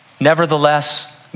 Nevertheless